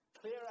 clear